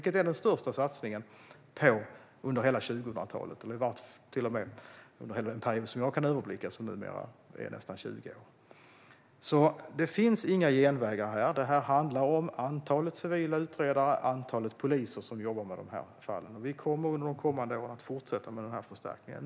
Detta är den största satsningen under hela 2000-talet och under hela den period som jag kan överblicka, som numera är nästan 20 år. Det finns inga genvägar på det här området. Det handlar om antalet civila utredare och antalet poliser som jobbar med dessa fall. Vi kommer under de kommande åren att fortsätta med denna förstärkning.